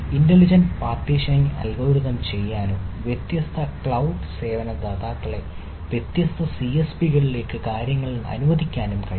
intelligent partitioning algorithm ചെയ്യാനും വ്യത്യസ്ത cloud സേവന ദാതാക്കളെ വ്യത്യസ്ത സിഎസ്പികളിലേക്ക് കാര്യങ്ങൾ അനുവദിക്കാനും കഴിയും